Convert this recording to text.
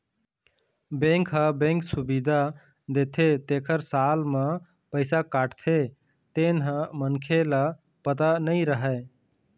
bank ह bank सुबिधा देथे तेखर साल म पइसा काटथे तेन ह मनखे ल पता नइ रहय